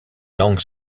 langue